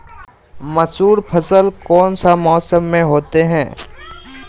मसूर फसल कौन सा मौसम में होते हैं?